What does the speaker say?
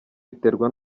biterwa